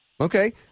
Okay